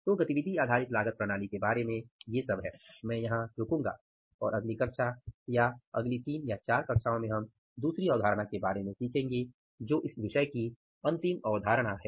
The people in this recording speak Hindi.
तो गतिविधि आधारित लागत प्रणाली के बारे में ये सब है मैं यहां रुकूंगा और अगली कक्षा या अगली 3 या 4 कक्षाओं में हम दूसरी अवधारणा के बारे में सीखेंगे जो इस विषय की अंतिम अवधारणा है